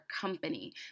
company